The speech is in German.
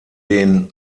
den